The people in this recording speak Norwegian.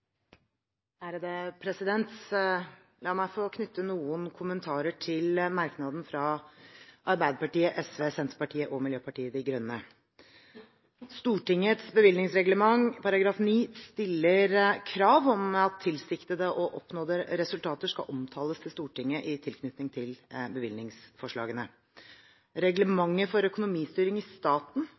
La meg få knytte noen kommentarer til merknaden fra Arbeiderpartiet, SV, Senterpartiet og Miljøpartiet De Grønne. Stortingets bevilgningsreglement, § 9, stiller krav om at tilsiktede og oppnådde resultater skal omtales i Stortinget i tilknytning til bevilgningsforslagene. Reglementet for økonomistyring i staten,